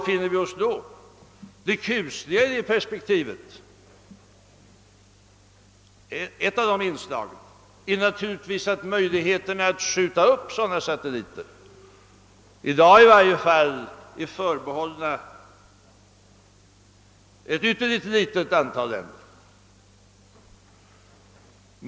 Ett av de kusliga inslagen är naturligtvis att möjligheterna att skjuta upp sådana satelliter, i dag i varje fall, är förbehållna ett ytterligt litet antal länder.